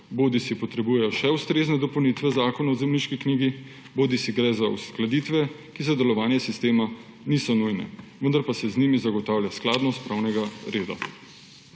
bodisi potrebujejo še ustrezne dopolnitve Zakona o zemljiški knjigi bodisi gre za uskladitve, ki za delovanje sistema niso nujne, vendar se z njimi zagotavlja skladnost pravnega reda.